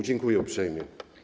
Dziękuję uprzejmie.